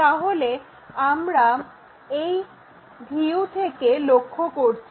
তাহলে আমরা এই ভি কে লক্ষ্য করছি